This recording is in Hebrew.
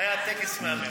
והיה טקס מהמם.